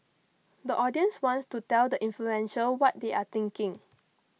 the audience wants to tell the influential what they are thinking